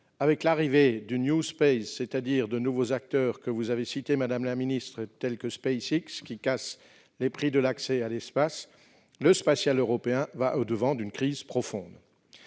avec l'arrivée du, c'est-à-dire des nouveaux acteurs que vous avez cités, madame la ministre, tels SpaceX, qui cassent les prix de l'accès à l'espace, le spatial européen va au-devant d'une crise profonde.